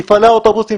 מפעלי האוטובוסים,